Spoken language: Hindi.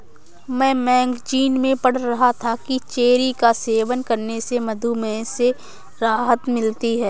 मैं मैगजीन में पढ़ रहा था कि चेरी का सेवन करने से मधुमेह से राहत मिलती है